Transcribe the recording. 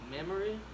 Memory